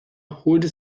holte